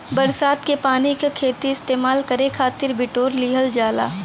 बरसात के पानी क खेती में इस्तेमाल करे खातिर बिटोर लिहल जाला